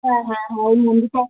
হ্যাঁ হ্যাঁ হ্যাঁ ওই মন্দিরটা